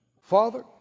Father